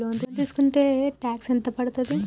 Loan తీస్కుంటే tax ఎంత పడ్తుంది?